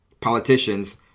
politicians